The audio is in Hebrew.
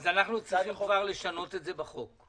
אז אנחנו צריכים כבר לשנות את זה בחוק?